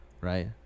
right